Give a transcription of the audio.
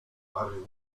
barry